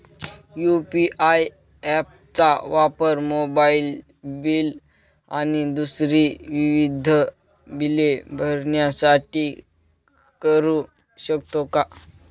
UPI app चा वापर mobile bill आणि दुसरी विविध बिले भरण्यासाठी करू शकतो का?